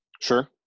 Sure